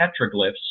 petroglyphs